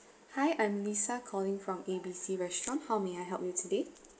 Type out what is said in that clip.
hi I'm lisa calling from A B C restaurant how may I help you today